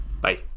Bye